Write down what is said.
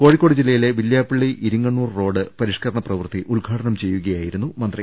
കോഴിക്കോട് ജില്ലയിലെ വില്യാപ്പിള്ളി ഇരിങ്ങണ്ണൂർ റോഡ് പരിഷ്കരണ പ്രവൃത്തി ഉദ്ഘാടനം ചെയ്യുകയായിരുന്നു മന്ത്രി